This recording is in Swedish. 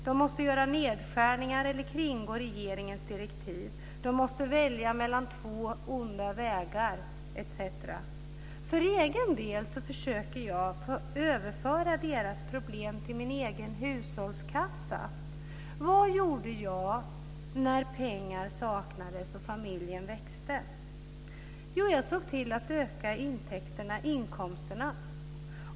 De måste göra nedskärningar eller kringgå regeringens direktiv, de måste välja mellan två onda vägar etc. För egen del försöker jag överföra deras problem till min egen hushållskassa. Vad gjorde jag när pengar saknades och familjen växte? Jo, jag såg till att öka intäkterna, inkomsterna.